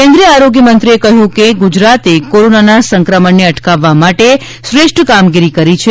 કેન્દ્રીય આરોગ્યમંત્રીશ્રીએ કહ્યું કે ગુજરાતે કોરોનાના સંકમણને અટકાવવા માટે શ્રેષ્ઠ કામગીરી કરી છે